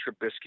Trubisky